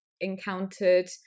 encountered